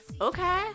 Okay